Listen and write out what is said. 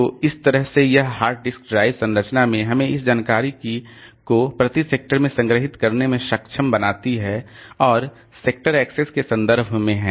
तो इस तरह से यह हार्ड डिस्क ड्राइव संरचना हमें इस जानकारी को प्रति सेक्टर में संग्रहीत करने में सक्षम बनाती है और एक्सेस सेक्टर के संदर्भ में है